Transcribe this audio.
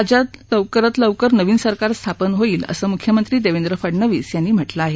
राज्यातलं लवकरात लवकर नवं सरकार स्थापन होईल असं मुख्यमंत्री देवेंद्र फडणवीस यांनी म्हटलं आहे